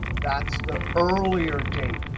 that's the earlier date.